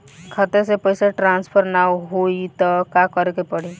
खाता से पैसा ट्रासर्फर न होई त का करे के पड़ी?